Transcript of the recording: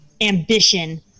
ambition